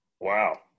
Wow